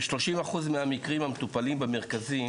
כ-30% מהמקרים המטופלים במרכזים,